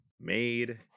Made